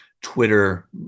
Twitter